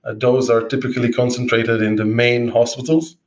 ah those are typically concentrated in the main hospitals,